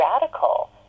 radical